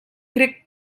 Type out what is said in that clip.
crec